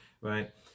right